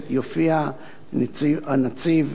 יופיע הנציב,